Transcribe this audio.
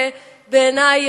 בעיני,